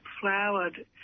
flowered